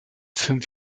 fünf